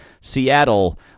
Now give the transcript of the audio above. Seattle